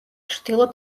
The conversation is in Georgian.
ჩრდილო